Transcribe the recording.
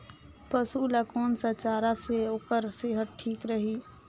पशु ला कोन स चारा से ओकर सेहत ठीक रही?